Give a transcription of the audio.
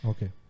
Okay